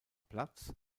platz